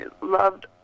loved